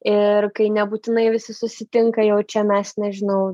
ir kai nebūtinai visi susitinka jau čia mes nežinau